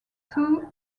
two